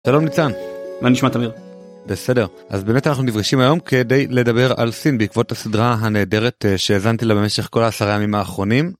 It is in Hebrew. שלום ניצן מה נשמעת אמיר בסדר אז באמת אנחנו נברשים היום כדי לדבר על סין בעקבות הסדרה הנהדרת שהזנתי לה במשך כל עשרה ימים האחרונים.